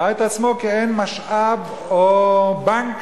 ראה את עצמו כמעין משאב או בנק